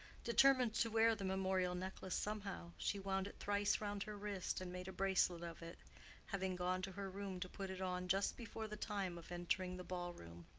determined to wear the memorial necklace somehow, she wound it thrice round her wrist and made a bracelet of it having gone to her room to put it on just before the time of entering the ball-room.